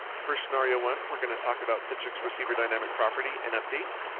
for scenario one, we are going to talk about citrix receiver dynamic property and update.